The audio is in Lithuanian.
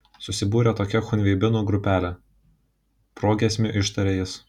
susibūrė tokia chunveibinų grupelė progiesmiu ištarė jis